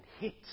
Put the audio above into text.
hit